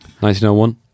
1901